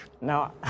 No